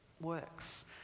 works